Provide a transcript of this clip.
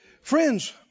Friends